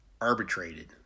arbitrated